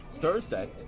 Thursday